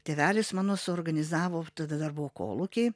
tėvelis mano suorganizavo tada dar buvo kolūkiai